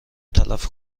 تلف